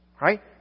Right